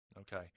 Okay